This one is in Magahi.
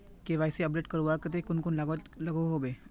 के.वाई.सी अपडेट करवार केते कुन कुन कागज लागोहो होबे?